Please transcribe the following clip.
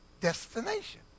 destination